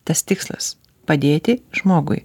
tas tikslas padėti žmogui